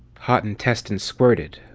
hot intestine squirted,